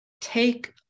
take